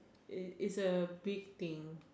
it it's a big thing